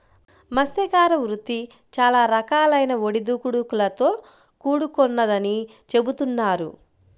మత్స్యకార వృత్తి చాలా రకాలైన ఒడిదుడుకులతో కూడుకొన్నదని చెబుతున్నారు